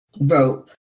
rope